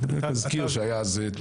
אני רק מזכיר שהיה אז.